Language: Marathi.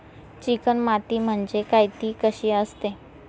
चिकण माती म्हणजे काय? ति कशी असते?